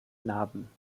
narben